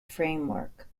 framework